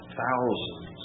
thousands